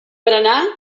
berenar